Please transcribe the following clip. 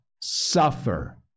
Suffer